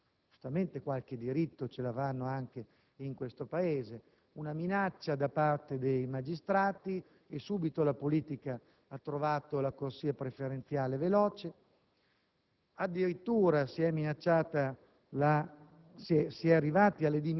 qualche minaccia di sciopero non degli avvocati (che giustamente qualche dritto lo avranno anche, in questo Paese) ma da parte dei magistrati e subito la politica ha trovato una veloce corsia preferenziale;